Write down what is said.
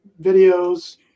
videos